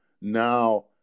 Now